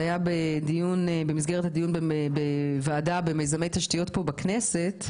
זה היה במסגרת הדיון בוועדה במיזמי תשתיות פה בכנסת.